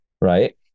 right